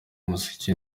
muziki